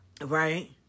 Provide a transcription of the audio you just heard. Right